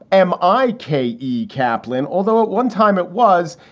am i. katie kaplin. although at one time it was.